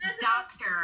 Doctor